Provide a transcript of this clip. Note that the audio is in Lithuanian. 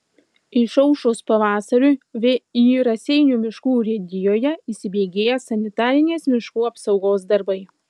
išaušus pavasariui vį raseinių miškų urėdijoje įsibėgėja sanitarinės miškų apsaugos darbai